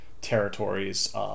territories